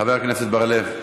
חבר הכנסת בר-לב,